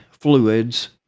fluids